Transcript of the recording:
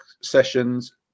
sessions